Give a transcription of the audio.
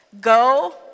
Go